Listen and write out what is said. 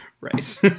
Right